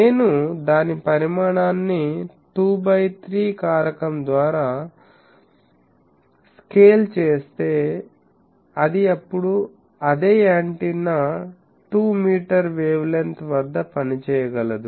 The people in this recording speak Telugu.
నేను దాని పరిమాణాన్ని 2 బై 3 కారకం ద్వారా స్కేల్ చేస్తే అది ఇప్పుడు అదే యాంటెన్నా 2 మీటర్ వేవ్ లెంగ్త్ వద్ద పని చేయగలదు